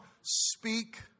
speak